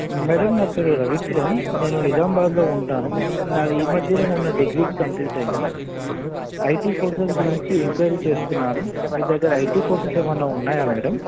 madam నా పేరు రవికిరణ్ నేను నిజామాబాద్లో ఉంటాను నాది ఈ మధ్యనే మొన్న డిగ్రీ డ్ కంప్లీట్ అయ్యింది ఐటీ కోర్సెస్ గురించి ఎంక్వయిరీ చేస్తున్నాను మీ దగ్గర ఐటీ కోర్సెస్ ఏమన్నా ఉన్నాయా మేడం